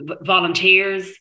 volunteers